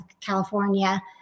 California